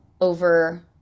over